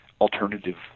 alternative